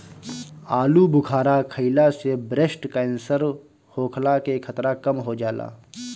आलूबुखारा खइला से ब्रेस्ट केंसर होखला के खतरा कम हो जाला